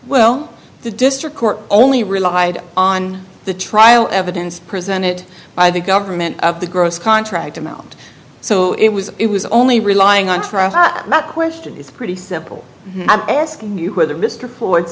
well the district court only relied on the trial evidence presented by the government of the gross contract amount so it was it was only relying on trust and that question is pretty simple i'm asking you whether mr for